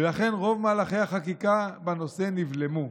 ולכן רוב מהלכי החקיקה בנושא נבלמו.